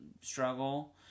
struggle